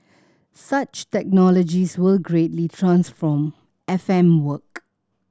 such technologies will greatly transform F M work